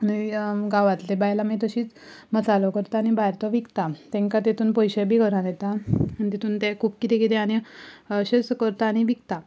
आनी गांवांतली बायलां मागीर तशींच मसालो करता आनी भायर तो विकता तेंका तितून पयशे बी घरांत येता आनी तितूंत ते खूब कितें कितें आनी अशेंच करता आनी विकता